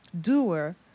Doer